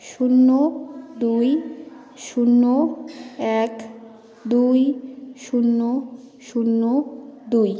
শূন্য দুই শূন্য এক দুই শূন্য শূন্য দুই